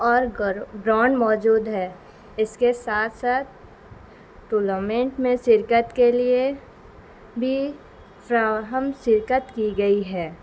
اور گرانڈ موجود ہے اس کے ساتھ ساتھ ٹورنامنٹ میں شرکت کے لیے بھی فراہم شرکت کی گئی ہے